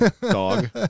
dog